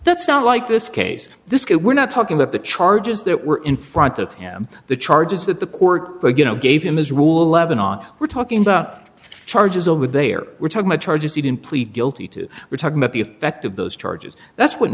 that's not like this case this get we're not talking about the charges that were in front of him the charges that the court but you know gave him his rule eleven on we're talking about charges over there were talking about charges he didn't plead guilty to were talking about the effect of those charges that's what